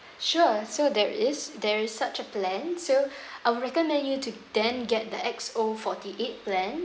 sure so there is there is such a plan so I would recommend you to then get the X_O forty-eight plan